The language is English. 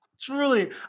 Truly